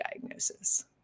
diagnosis